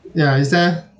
ya is there